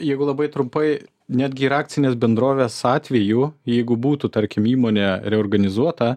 jeigu labai trumpai netgi ir akcinės bendrovės atveju jeigu būtų tarkim įmonė reorganizuota